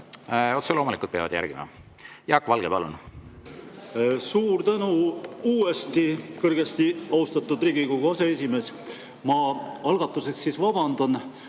Otse loomulikult peavad järgima. Jaak Valge, palun!